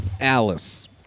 Alice